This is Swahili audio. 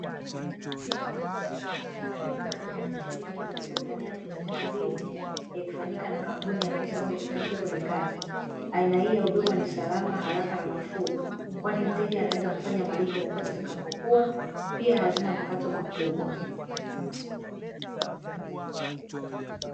Malipo ya kiasi cha shilingi za kitanzania elfu sitini na mbili yakifanyika na kampuni ya PesaPal kupitia kwenye kadi. Aina hii ya huduma ni salama, haraka na nafuu kwani mteja anaweza kufanya malipo popote atakapokuwa, pia hazina makato makubwa.